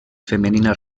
femenina